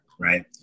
Right